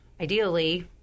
ideally